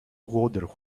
wonder